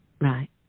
Right